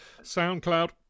SoundCloud